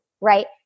right